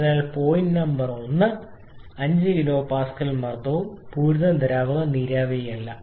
അതിനാൽ point number 1 5 kPa മർദ്ദവും പൂരിത ദ്രാവകം നീരാവി അല്ല